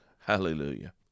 Hallelujah